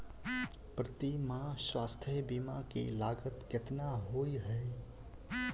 प्रति माह स्वास्थ्य बीमा केँ लागत केतना होइ है?